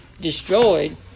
destroyed